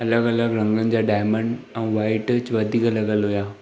अलॻि अलॻि रंगनि जा डायमंड ऐं वाइट ज वधीक लॻियल हुआ